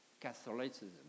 Catholicism